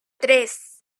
tres